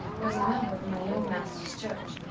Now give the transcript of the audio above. was a member of my young master's church,